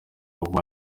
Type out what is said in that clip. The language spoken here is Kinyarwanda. ryitwa